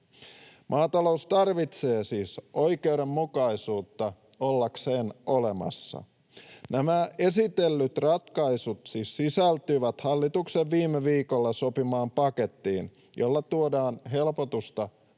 Maata-lous tarvitsee oikeudenmukaisuutta ollakseen olemassa. Nämä esitellyt ratkaisut siis sisältyvät hallituksen viime viikolla sopimaan pakettiin, jolla tuodaan helpotusta polttaviin